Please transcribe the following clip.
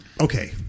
Okay